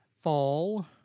fall